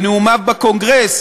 בנאומיו בקונגרס,